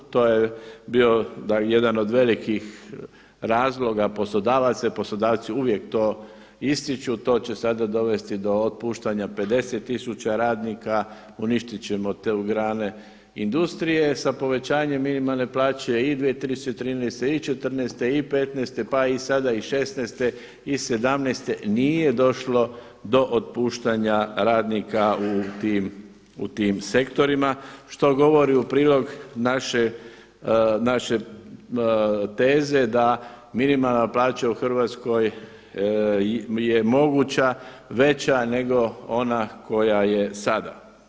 To je bio jedan od velikih razloga poslodavaca jer poslodavci uvijek to ističu, to će sada dovesti do otpuštanja 50 tisuća radnika, uništit ćemo te grane industrije sa povećanjem minimalne plaće i 2013., 2014. i 2015. pa i sada i 2016. i 2017. nije došlo do otpuštanja radnika u tim sektorima, što govori u prilog naše teze da minimalna plaća u Hrvatskoj je moguća, veća nego onda koja je sada.